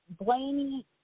Blaney